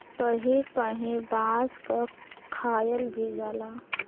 कहीं कहीं बांस क खायल भी जाला